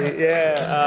yeah